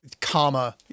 comma